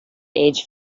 age